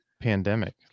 pandemic